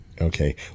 Okay